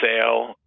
sale